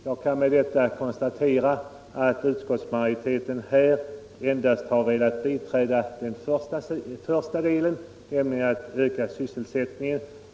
Jag kan konstatera att utskottsmajoriteten endast har velat biträda den första delen, nämligen syftet att öka sysselsättningen.